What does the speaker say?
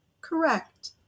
correct